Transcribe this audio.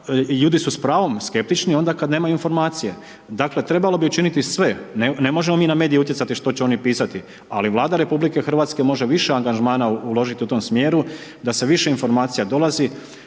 Ljudi su s pravom skeptični onda kada nemaju informacije. Dakle trebalo bi učiniti sve, ne možemo mi na medije utjecati što će oni pisati ali Vlada RH može više angažmana uložiti u tom smjeru da sa više informacija dolazi.